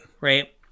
Right